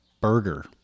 burger